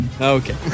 okay